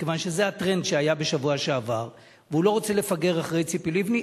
מכיוון שזה הטרנד שהיה בשבוע שעבר והוא לא רוצה לפגר אחרי ציפי לבני,